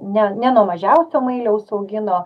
ne ne nuo mažiausio mailiaus augino